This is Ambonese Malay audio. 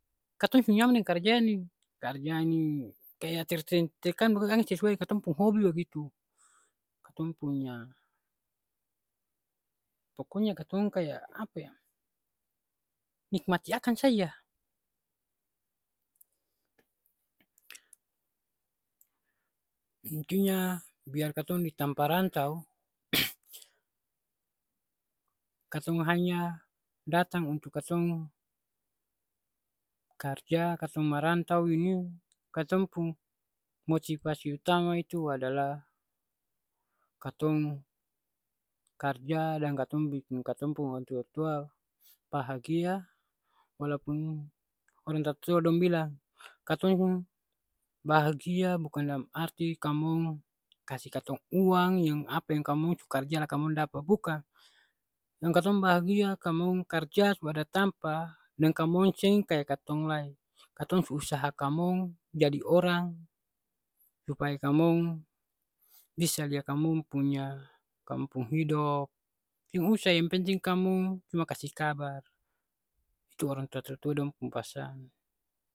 Katong su nyaman deng karja ni, karja ni kaya ter seng tertekan, akang sesuai deng katong pung hobi bagitu. Katong punya pokonya katong kaya apa ya, nikmati akang saja. Intinya biar katong di tampa rantau, katong hanya datang untuk katong karja, katong marantau ini, katong pung motipasi utama itu adalah katong karja dan katong biking katong pung orang tua-tua bahagia walaupun orang tatua dong bilang, katong bahagia bukan dalam arti kamong kasi katong uang yang apa yang kamong su karja la kamong dapa, bukang. Yang katong bahagia kamong karja su ada tampa deng kamong seng kaya katong lai. Katong su usaha kamong jadi orang, supaya kamong bisa lia kamong punya, kam pung hidop, seng usah yang penting kamong cuma kasi kabar, itu orang tua tua dong pung pasang.